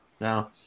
now